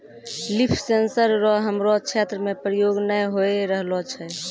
लिफ sensor रो हमरो क्षेत्र मे प्रयोग नै होए रहलो छै